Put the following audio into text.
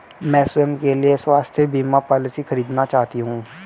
मैं स्वयं के लिए स्वास्थ्य बीमा पॉलिसी खरीदना चाहती हूं